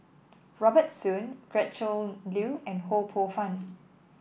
Robert Soon Gretchen Liu and Ho Poh Fun